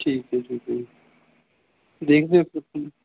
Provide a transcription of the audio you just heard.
ਠੀਕ ਹੈ ਠੀਕ ਹੈ ਦੇਖਦੇ ਹੈ ਫੇਰ